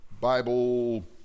Bible